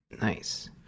Nice